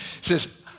says